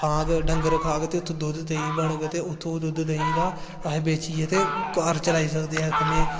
खाह्ग ते डंगर खाह्ग ते दुद्धं देहीं बनङ ते उत्थुं दुद्ध दैहीं दा असें बेची ते घर चलाई सकदे हा ते कन्नै